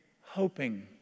hoping